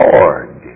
Lord